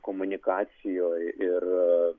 komunikacijoj ir